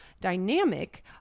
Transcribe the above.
dynamic